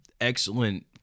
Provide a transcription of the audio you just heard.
excellent